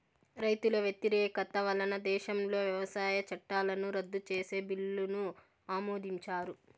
రైతుల వ్యతిరేకత వలన దేశంలో వ్యవసాయ చట్టాలను రద్దు చేసే బిల్లును ఆమోదించారు